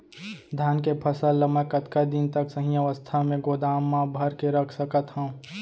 धान के फसल ला मै कतका दिन तक सही अवस्था में गोदाम मा भर के रख सकत हव?